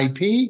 IP